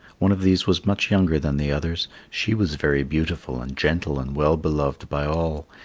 one of these was much younger than the others. she was very beautiful and gentle and well beloved by all,